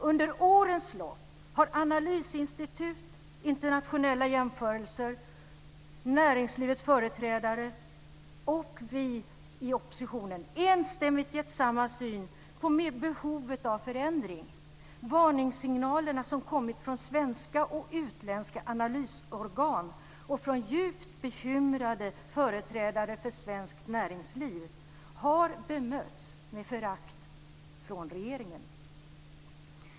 Under årens lopp har analysinstitut, internationella jämförelser, näringslivets företrädare och vi i oppositionen enstämmigt gett samma syn på behovet av förändring. Varningssignalerna som kommit från svenska och utländska analysorgan och från djupt bekymrade företrädare för svenskt näringsliv har bemötts med förakt från regeringen.